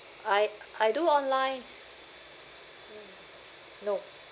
I I do online no